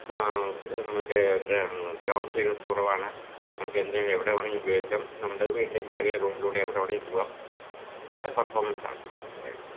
മറ്റേ ground clearance കുറവാണ് നമുക്ക് എന്തെങ്കിലും എവിടെ വേണമെങ്കിലും ഉപയോഗിക്കാം നമ്മുടെ വീട്ടിലേക്ക് ചെറിയ റോഡിലൂടെ എവിടെ വേണമെങ്കിലും പോകാം ഭയങ്കര പെർഫോമൻസ് ആണ്